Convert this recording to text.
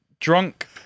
Drunk